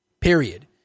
Period